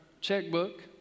checkbook